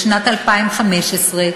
לשנת 2015,